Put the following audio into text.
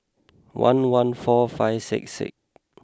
one one four five six six